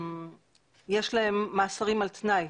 יש להם מאסרים על תנאי,